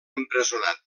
empresonat